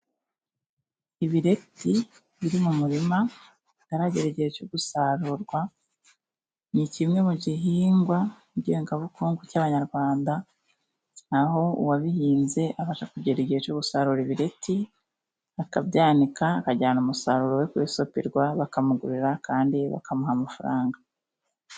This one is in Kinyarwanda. Ibireti biri mu murima bitaragera igihe cyo gusarurwa, ni kimwe mu gihingwa ngengabukungu cy'Abanyarwanda. Naho uwabihinze abasha kugera igihe cyo gusarura ibireti akabyanika akajyana umusaruro we ku isoko bakamugurira kandi bakamuha amafaranga.